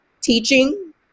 teaching